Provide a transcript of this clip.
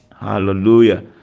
Hallelujah